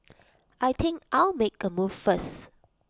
I think I'll make A move first